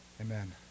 Amen